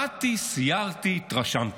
באתי, סיירתי, התרשמתי."